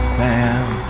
man